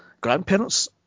grandparents